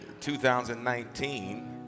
2019